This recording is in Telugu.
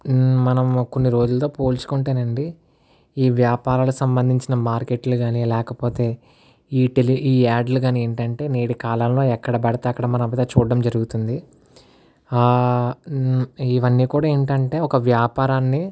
మనం కొన్ని రోజులతో పోల్చుకుంటేనండి ఈ వ్యాపారాల సంబంధించిన మార్కెట్లు కాని లేకపోతే ఈ టెలి ఈ యాడ్లు కాని ఏంటంటే నేటి కాలంలో ఎక్కడబడితే అక్కడ మనం చూడడం జరుగుతుంది ఇవన్నీ కూడా ఏంటంటే ఒక వ్యాపారాన్ని